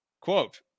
quote